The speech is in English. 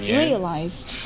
realized